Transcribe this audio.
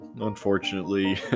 unfortunately